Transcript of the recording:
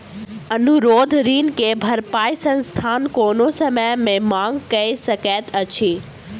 अनुरोध ऋण के भरपाई संस्थान कोनो समय मे मांग कय सकैत अछि